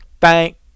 Thank